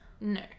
no